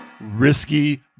risky